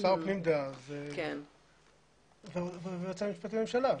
של שר הפנים דאז והיועץ המשפטי לממשלה.